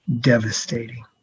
devastating